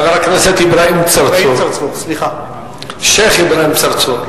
חבר הכנסת אברהים צרצור, השיח' אברהים צרצור.